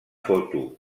foto